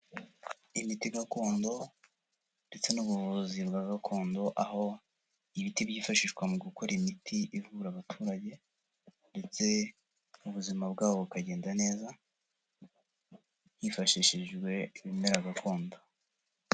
Imiti gakondo ndetse n'ubuvuzi bwa gakondo aho ibiti byifashishwa mu gukora imiti ivura abaturage ndetse n'ubuzima bwabo bukagenda neza, hifashishijwe ibimera gakondo.